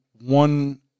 one